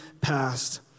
past